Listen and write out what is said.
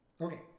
Okay